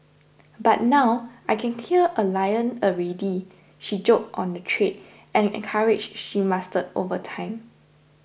but now I can kill a lion already she joked on the trade and encourage she mastered over time